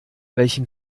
welchen